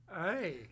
Hey